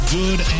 good